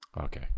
Okay